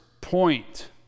point